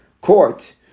court